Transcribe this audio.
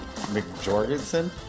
McJorgensen